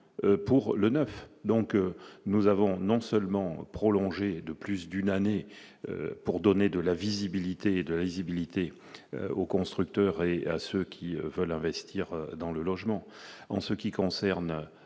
pour le 9, donc nous avons non seulement prolongé de plus d'une année pour donner de la visibilité de la visibilité aux constructeurs et à ceux qui veulent investir dans le logement en ce qui concerne